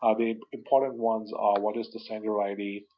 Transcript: ah the important ones are, what is the sender id?